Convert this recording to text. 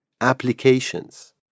applications